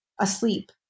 asleep